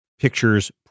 Pictures